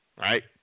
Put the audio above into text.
right